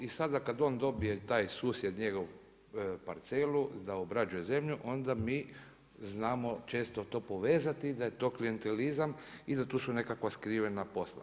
I sada kada on dobije, taj susjed njegov parcelu da obrađuje zemlju ona mi znamo često to povezati da je to klijentizam i da tu su nekakva skrivena posla.